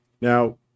Now